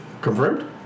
Confirmed